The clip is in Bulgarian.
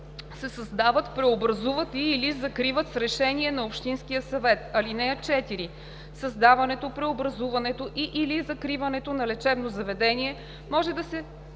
се създават, преобразуват и/или закриват с решение на общинския съвет. (4) Създаването, преобразуването и/или закриването на лечебни заведения може да се